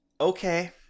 Okay